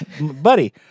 Buddy